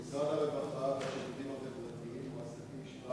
במשרד הרווחה והשירותים החברתיים מועסקים 700